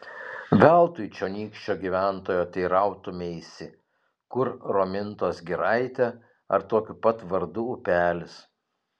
veltui čionykščio gyventojo teirautumeisi kur romintos giraitė ar tokiu pat vardu upelis